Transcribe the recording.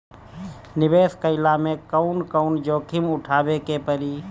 निवेस कईला मे कउन कउन जोखिम उठावे के परि?